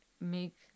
make